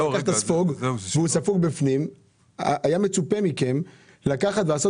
ספוג שהוא ספוג והיה מצופה מכם לעשות